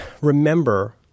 remember